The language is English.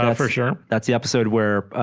ah for sure that's the episode where